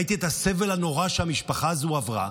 ראיתי את הסבל הנורא שהמשפחה הזו עברה,